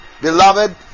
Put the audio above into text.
beloved